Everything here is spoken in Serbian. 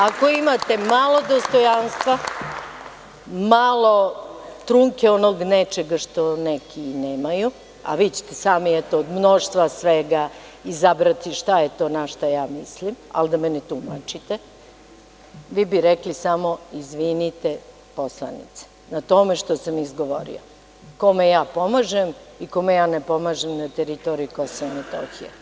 Ako imate malo dostojanstva, trunke onog nečega što neki i nemaju, a vi ćete sami od mnoštva svega izabrati šta je to na šta ja mislim, ali da me ne tumačite, vi bi rekli samo – izvinite, poslanice, na tome što sam izgovorio, kome ja pomažem i kome ja ne pomažem na teritoriji KiM.